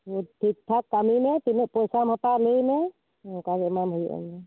ᱴᱷᱤᱠ ᱴᱷᱟᱠ ᱠᱟᱹᱢᱤ ᱢᱮ ᱛᱤᱱᱟᱹᱜ ᱯᱚᱭᱥᱟᱢ ᱦᱟᱛᱟᱣᱟ ᱞᱟᱹᱭᱢᱮ ᱚᱱᱠᱟ ᱜᱮ ᱮᱢᱟᱢ ᱦᱩᱭᱩᱜᱼᱟ ᱩᱱᱫᱚ